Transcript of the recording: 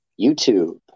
youtube